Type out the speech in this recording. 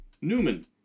Newman